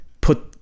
put